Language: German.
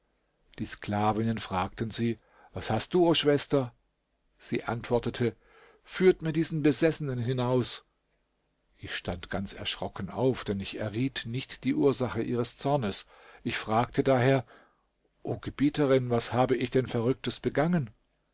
die sklavinnen fragten sie was hast du o schwester sie antwortete führt mir diesen besessenen hinaus ich stand ganz erschrocken auf denn ich erriet nicht die ursache ihres zornes ich fragte daher o gebieterin was habe ich denn verrücktes begangen